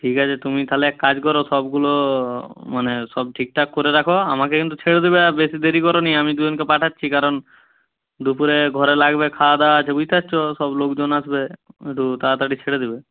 ঠিক আছে তুমি তাহলে এক কাজ করো সবগুলো মানে সব ঠিকঠাক করে রাখো আমাকে কিন্তু ছেড়ে দেবে আর বেশি দেরি করো না আমি দুজনকে পাঠাচ্ছি কারণ দুপুরে ঘরে লাগবে খাওয়া দাওয়া আছে বুঝতে পারছ সব লোকজন আসবে একটু তাড়াতাড়ি ছেড়ে দেবে